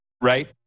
Right